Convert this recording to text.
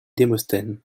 démosthène